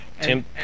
Tim